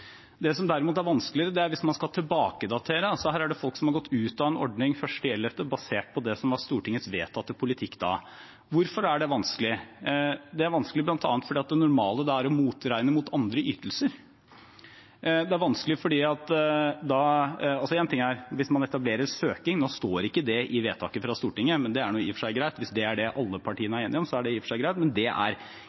Det som derimot er vanskeligere, er hvis man skal tilbakedatere. Her er det folk som har gått ut av en ordning 1. november, basert på det som var Stortingets vedtatte politikk da. Hvorfor er det vanskelig? Det er vanskelig bl.a. fordi det normale er å motregne mot andre ytelser. Hvis man etablerer søking – nå står ikke det i vedtaket fra Stortinget, men hvis det er det alle partiene er enige om, er det i og for seg greit – er det en type praktisk problemstilling som man er nødt til å ta høyde for. Stortinget velger selv hvordan de vil behandle sine saker. Mitt poeng er